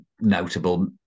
notable